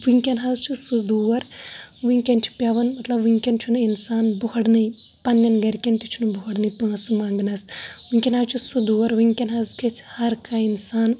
وُنکیٚن حظ چھُ سُہ دور وُنکیٚن چھُ پیٚوان مطلب وُنکیٚن چھُنہٕ اِنسان بوٚہرنٕے پَنٛںٮ۪ن گَرِکٮ۪ن تہِ چھُ نہٕ بوٚہرنٕے پٲنٛسہٕ منٛگنَس وُنکیٚن حظ چھُ سُہ دور وُنکیٚن حظ گژھِ ہرکانٛہہ اِنسان